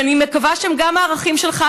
שאני מקווה שהם גם הערכים שלך,